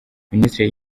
minisiteri